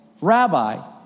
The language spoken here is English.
Rabbi